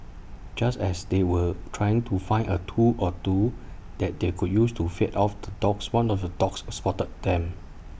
just as they were trying to find A tool or two that they could use to fend off the dogs one of the dogs spotted them